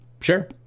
sure